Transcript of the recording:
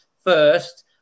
first